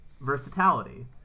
versatility